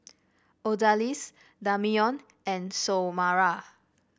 Odalys Damion and Xiomara